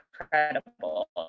incredible